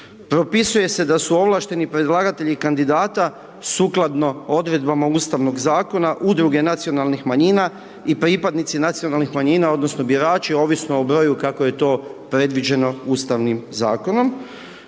propisuje se da su ovlašteni predlagatelji kandidata sukladno odredbama ustavnog zakona, udruge nacionalnih manjina i pripadnici nacionalnih manjina odnosno birači ovisno o broju kako je to predviđeno ustavnim zakonom.